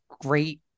great